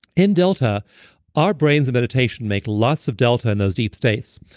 in delta our brains in meditation make lots of delta in those deep states.